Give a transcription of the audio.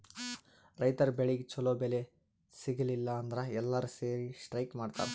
ರೈತರ್ ಬೆಳಿಗ್ ಛಲೋ ಬೆಲೆ ಸಿಗಲಿಲ್ಲ ಅಂದ್ರ ಎಲ್ಲಾರ್ ಸೇರಿ ಸ್ಟ್ರೈಕ್ ಮಾಡ್ತರ್